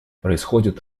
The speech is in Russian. происходят